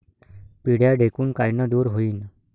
पिढ्या ढेकूण कायनं दूर होईन?